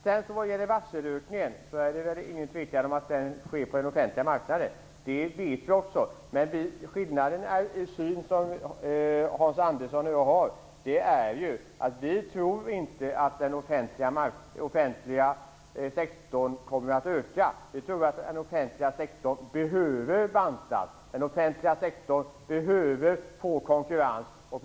Det råder väl inget tvivel om att varselökningen sker på den offentliga marknaden. Det vet vi också. Men skillnaden i synsätt mellan Hans Andersson och mig är ju att jag inte tror att den offentliga sektorn kommer att öka. Vi moderater tror att den offentliga sektorn behöver bantas. Den offentliga sektorn behöver få konkurrens.